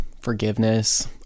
forgiveness